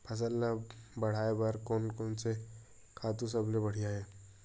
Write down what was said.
फसल ला बढ़ाए बर कोन से खातु सबले बढ़िया हे?